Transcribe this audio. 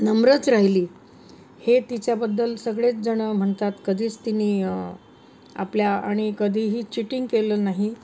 नम्रच राहिली हे तिच्याबद्दल सगळेच जण म्हणतात कधीच तिने आपल्या आणि कधीही चिटिंग केलं नाही